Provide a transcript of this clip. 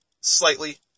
slightly